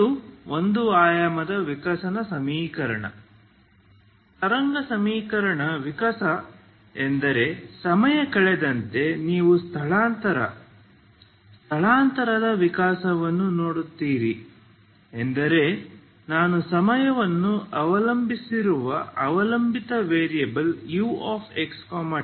ಇದು ಒಂದು ಆಯಾಮದ ವಿಕಸನ ಸಮೀಕರಣ ತರಂಗ ಸಮೀಕರಣ ವಿಕಾಸ ಎಂದರೆ ಸಮಯ ಕಳೆದಂತೆ ನೀವು ಸ್ಥಳಾಂತರ ಸ್ಥಳಾಂತರದ ವಿಕಾಸವನ್ನು ನೋಡುತ್ತೀರಿ ಎಂದರೆ ನಾನು ಸಮಯವನ್ನು ಅವಲಂಬಿಸಿರುವ ಅವಲಂಬಿತ ವೇರಿಯಬಲ್ uxt